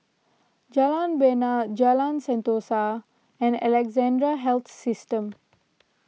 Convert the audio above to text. Jalan Bena Jalan Sentosa and Alexandra Health System